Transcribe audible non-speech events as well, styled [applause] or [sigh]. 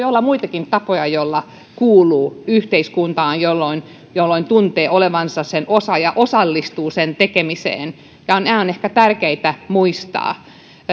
[unintelligible] olla muitakin tapoja joilla kuuluu yhteiskuntaan jolloin jolloin tuntee olevansa sen osa ja osallistuu sen tekemiseen se on ehkä tärkeää muistaa